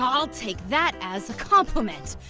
um i'll take that as a compliment.